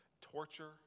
torture